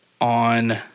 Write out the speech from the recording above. on